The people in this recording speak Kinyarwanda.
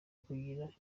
kugira